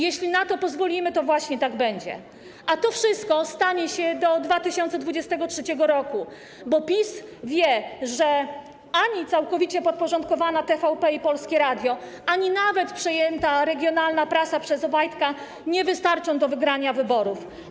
Jeśli na to pozwolimy, to właśnie tak będzie, a to wszystko stanie się do 2023 r., bo PiS wie, że ani całkowicie podporządkowana TVP i Polskie Radio, ani nawet przejęta przez Obajtka regionalna prasa nie wystarczą do wygrania wyborów.